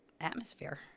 atmosphere